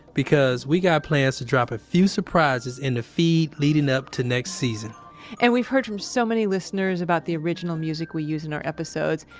because we got plans to drop a few surprises in the feed leading up to next season and we've heard from so many listeners about the original music we use in our episodes,